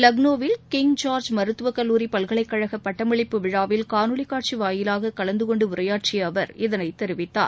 லக்னோவில் King George மருத்துவக் கல்லூரி பல்கலைக் கழகப் பட்டமளிப்பு விழாவில் காணொலி காட்சி வாயிலாக கலந்து கொண்டு உரையாற்றிய அவர் இதனைத் தெரிவித்தார்